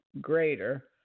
Greater